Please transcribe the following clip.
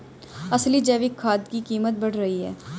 असली जैविक खाद की कीमत बढ़ रही है